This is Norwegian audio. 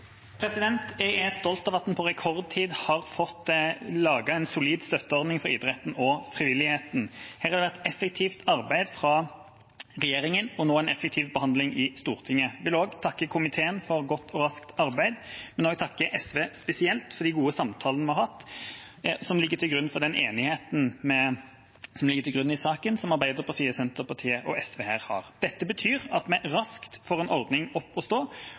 fått laget en solid støtteordning for idretten og frivilligheten. Her har det vært effektivt arbeid fra regjeringa og nå en effektiv behandling i Stortinget. Jeg vil også takke komiteen for godt og raskt arbeid og takke SV spesielt for de gode samtalene vi har hatt, som ligger til grunn for den enigheten i saken som Arbeiderpartiet, Senterpartiet og SV her har. Dette betyr at vi raskt får en ordning opp å stå